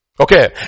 Okay